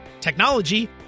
technology